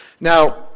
Now